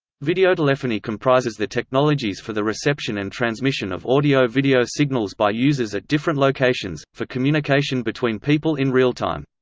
videotelephony comprises the technologies for the reception and transmission of audio-video signals by users at different locations, for communication between people in real-time.